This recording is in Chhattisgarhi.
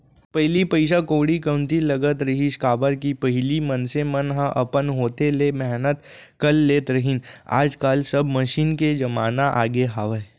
पहिली पइसा कउड़ी कमती लगत रहिस, काबर कि पहिली मनसे मन ह अपन हाथे ले मेहनत कर लेत रहिन आज काल सब मसीन के जमाना आगे हावय